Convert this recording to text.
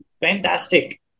Fantastic